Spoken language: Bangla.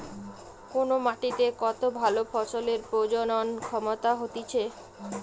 কোন মাটিতে কত ভালো ফসলের প্রজনন ক্ষমতা হতিছে